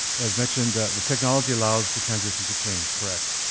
as mentioned, the technology allows the transition to change, correct.